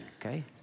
okay